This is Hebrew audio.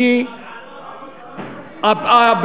בעד מה?